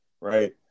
right